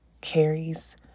carries